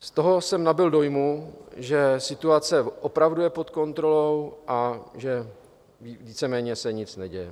Z toho jsem nabyl dojmu, že situace opravdu je pod kontrolou a že víceméně se nic neděje.